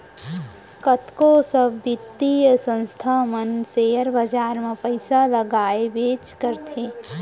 कतको सब बित्तीय संस्था मन सेयर बाजार म पइसा लगाबेच करथे